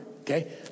Okay